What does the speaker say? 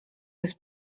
bez